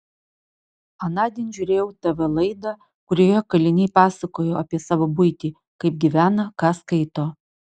anądien žiūrėjau tv laidą kurioje kaliniai pasakojo apie savo buitį kaip gyvena ką skaito